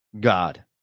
God